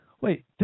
Wait